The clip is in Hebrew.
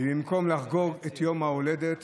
ובמקום לחגוג את יום ההולדת